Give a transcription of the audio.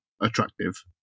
attractive